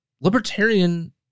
libertarian